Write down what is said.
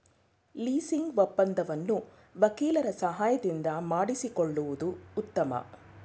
leasing ಒಪ್ಪಂದವನ್ನು ವಕೀಲರ ಸಹಾಯದಿಂದ ಮಾಡಿಸಿಕೊಳ್ಳುವುದು ಉತ್ತಮ